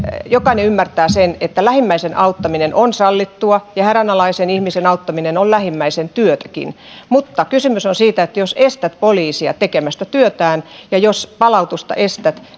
jokainen ymmärtää sen että lähimmäisen auttaminen on sallittua ja hädänalaisen ihmisen auttaminen on lähimmäisen työtäkin mutta kysymys on siitä että estät poliisia tekemästä työtään ja estät palautusta estät